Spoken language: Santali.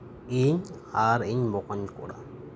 ᱤᱧ ᱟᱨ ᱤᱧ ᱵᱚᱠᱚᱧ ᱠᱚᱲᱟ